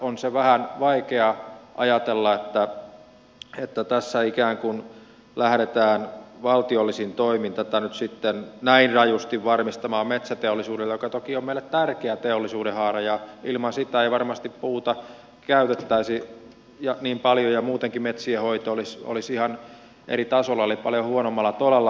on vähän vaikea ajatella että tässä ikään kuin lähdetään valtiollisin toimin tätä nyt näin rajusti varmistamaan metsäteollisuudelle joka toki on meille tärkeä teollisuudenhaara ja ilman sitä ei varmasti puuta käytettäisi niin paljoa ja muutenkin metsien hoito olisi ihan eri tasolla eli paljon huonommalla tolalla